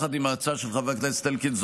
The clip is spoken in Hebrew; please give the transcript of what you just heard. יחד עם ההצעה של חבר הכנסת אלקין,